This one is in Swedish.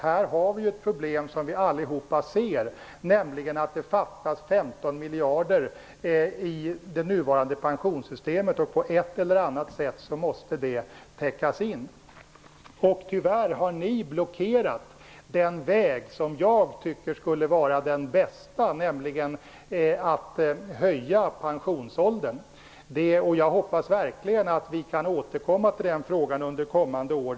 Här har vi ett problem som vi allihop ser, nämligen att det fattas 15 miljarder i det nuvarande pensionssystemet. På ett eller annat sätt måste det underskottet täckas. Tyvärr har ni blockerat den väg som jag tycker skulle vara den bästa, nämligen att höja pensionsåldern. Jag hoppas verkligen att vi kan återkomma till den frågan under kommande år.